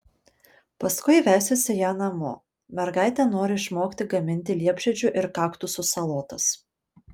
paskui vesiuosi ją namo mergaitė nori išmokti gaminti liepžiedžių ir kaktusų salotas